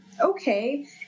okay